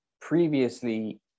previously